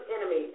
enemy